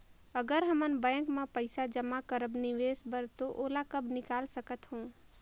अगर हमन बैंक म पइसा जमा करब निवेश बर तो ओला कब निकाल सकत हो?